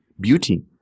beauty